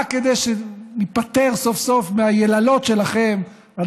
רק כדי שניפטר סוף-סוף מהיללות שלכם על